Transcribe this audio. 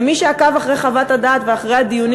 ומי שעקב אחרי חוות הדעת ואחרי הדיונים